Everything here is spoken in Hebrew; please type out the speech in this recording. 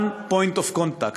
one point of contact.